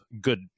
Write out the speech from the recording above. good